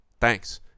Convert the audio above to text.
thanks